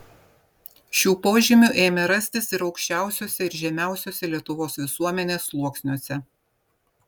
šių požymių ėmė rastis ir aukščiausiuose ir žemiausiuose lietuvos visuomenės sluoksniuose